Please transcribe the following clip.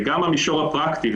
וגם במישור הפרקטי,